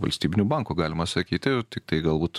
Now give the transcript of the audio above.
valstybiniu banku galima sakyti tiktai galbūt